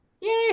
Yay